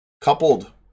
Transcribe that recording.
Coupled